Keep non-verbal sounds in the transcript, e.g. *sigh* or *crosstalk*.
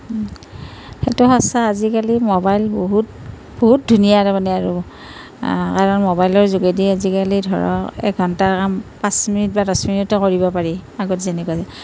সেইটো সঁচা আজিকালি মোবাইল বহুত ধুনীয়া তাৰ মানে আৰু কাৰণ মোবাইলৰ যোগেদি আজিকালি ধৰক এঘণ্টাৰ কাম পাঁচ মিনিট বা দহ মিনিটত কৰিব পাৰি আগত যেনেকুৱা *unintelligible*